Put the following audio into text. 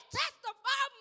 testify